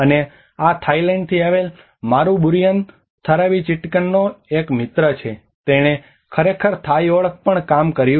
અને આ થાઇલેન્ડથી આવેલ મારું બુરિન થરાવીચિટકનનો એક મિત્ર છે તેણે ખરેખર થાઇ ઓળખ પર કામ કર્યું